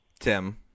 Tim